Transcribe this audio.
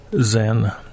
Zen